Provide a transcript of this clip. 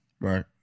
right